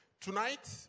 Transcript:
tonight